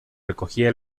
recogía